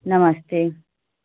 नमस्ते